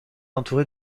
entouré